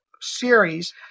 series